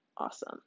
awesome